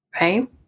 right